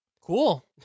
Cool